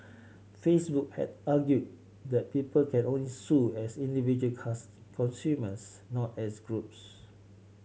Facebook had argued that people can only sue as individual consumers not as groups